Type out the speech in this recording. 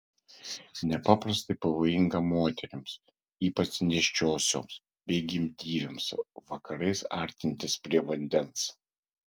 nepaprastai pavojinga moterims ypač nėščiosioms bei gimdyvėms vakarais artintis prie vandens